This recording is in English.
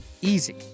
easy